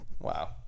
Wow